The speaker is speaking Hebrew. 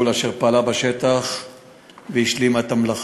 אשר פעלה בשטח והשלימה את המלאכה.